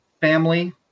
family